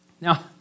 Now